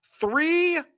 three